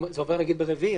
אם זה עובר ביום רביעי,